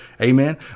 amen